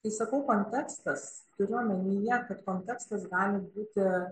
kai sakau kontekstas turiu omenyje kad kontekstas gali būti